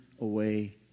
away